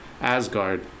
Asgard